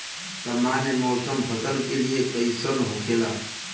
सामान्य मौसम फसल के लिए कईसन होखेला?